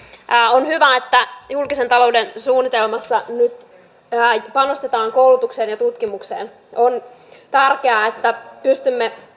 on hyvä että julkisen talouden suunnitelmassa nyt panostetaan koulutukseen ja tutkimukseen on tärkeää että pystymme